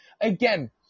again